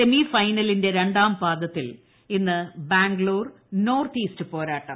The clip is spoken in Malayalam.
സെമി ഫൈനലിന്റെ രണ്ടാം പാദത്തിൽ ഇന്ന് ബാംഗ്ലൂർ നോർത്ത് ഈസ്റ്റ് പോരാട്ടം